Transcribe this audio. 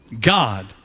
God